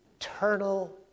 eternal